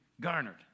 garnered